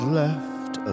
left